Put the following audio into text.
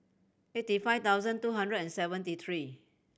eighty five thousand two hundred and seventy three